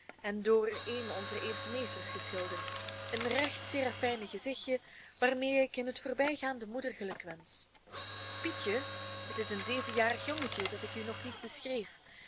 en door een onzer eerste meesters geschilderd een recht serafijnen gezichtje waarmee ik in het voorbijgaan de moeder gelukwensch pietje het is een zevenjarig jongetje dat ik u nog niet beschreef pietje